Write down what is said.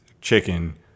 chicken